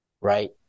right